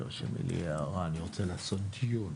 תרשמי לי הערה, אני רוצה לעשות דיון